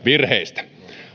virheistä